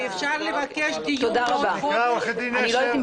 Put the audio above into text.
תודה רבה.